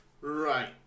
Right